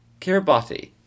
Kiribati